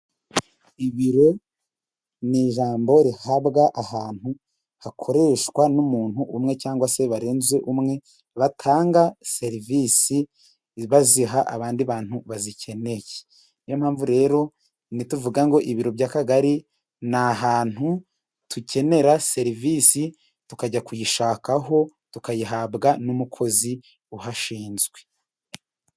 Ibiro n'ijambo rihabwa ahantu hakoreshwa n'umuntu umwe cyangwa se barenze umwe, batanga serivisi baziha abandi bantu bazikeneye, niyo mpamvu rero nituvuga ngo ibiro by'akagari n'ahantu dukenera serivisi tukajya kuyishakaho tukayihabwa n'umukozi uhashinzwe.